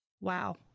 Wow